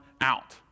out